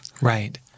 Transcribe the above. right